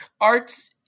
art's